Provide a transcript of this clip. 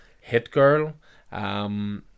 Hit-Girl